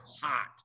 hot